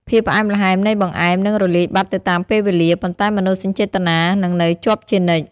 ភាពផ្អែមល្ហែមនៃបង្អែមនឹងរលាយបាត់ទៅតាមពេលវេលា ប៉ុន្តែមនោសញ្ចេតនានឹងនៅជាប់ជានិច្ច។